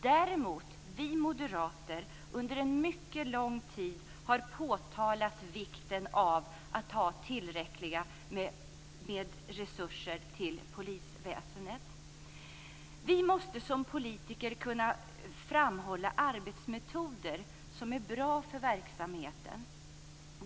Däremot har vi moderater under mycket lång tid påtalat vikten av att ha tillräckligt med resurser inom polisväsendet. Vi måste som politiker kunna framhålla arbetsmetoder som är bra för verksamheten.